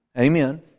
Amen